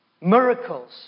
Miracles